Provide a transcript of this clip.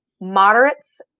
moderates